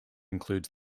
includes